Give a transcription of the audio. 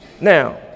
Now